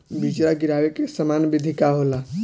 बिचड़ा गिरावे के सामान्य विधि का होला?